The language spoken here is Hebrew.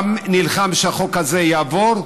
גם נלחם שהחוק הזה יעבור,